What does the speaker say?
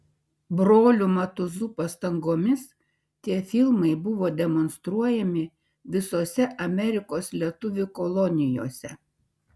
brolių matuzų pastangomis tie filmai buvo demonstruojami visose amerikos lietuvių kolonijose